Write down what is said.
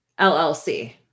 LLC